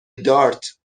دارت